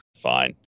fine